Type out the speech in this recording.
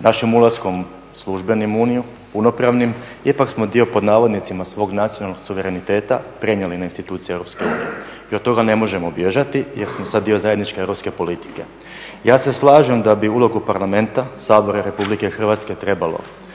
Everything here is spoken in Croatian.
našim ulaskom službenim u Uniju, punopravnim jer ipak smo dio pod navodnicima svog nacionalnog suvereniteta prenijeli na institucije EU i od toga ne možemo bježati jer smo sad dio zajedničke europske politike. Ja se slažem da bi ulogu parlamenta, Sabora Republike Hrvatske trebalo